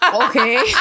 Okay